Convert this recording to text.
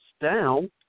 down